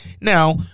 Now